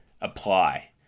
apply